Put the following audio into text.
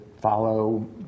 follow